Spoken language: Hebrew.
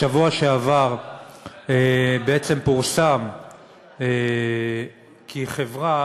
בשבוע שעבר בעצם פורסם כי חברה,